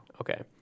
Okay